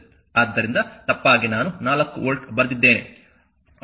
ಆದ್ದರಿಂದ ತಪ್ಪಾಗಿ ನಾನು 4 ವೋಲ್ಟ್ ಬರೆದಿದ್ದೇನೆ